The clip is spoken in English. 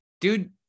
dude